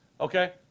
okay